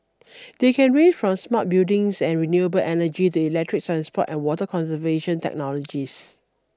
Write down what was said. they can range from smart buildings and renewable energy to electric transport and water conservation technologies